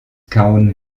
kauen